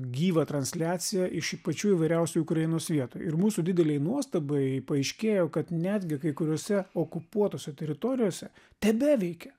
gyvą transliaciją iš pačių įvairiausių ukrainos vietų ir mūsų didelei nuostabai paaiškėjo kad netgi kai kuriose okupuotose teritorijose tebeveikia